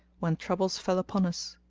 when troubles fell upon us.